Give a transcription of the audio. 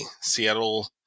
Seattle